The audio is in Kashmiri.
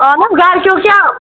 اَہن حظ گَرِ کیٚو کیٛاہ